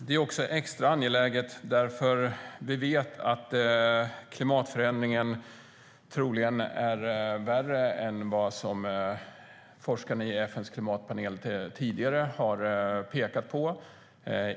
Den är också extra angelägen eftersom vi vet att klimatförändringen troligen är värre än vad forskarna i FN:s klimatpanel tidigare har pekat på.